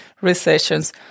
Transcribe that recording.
recessions